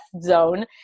zone